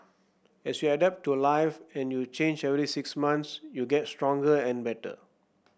as you adapt to life and you change every six months you get stronger and better